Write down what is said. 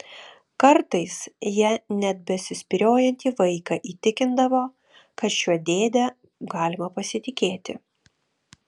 kartais ja net besispyriojantį vaiką įtikindavo kad šiuo dėde galima pasitikėti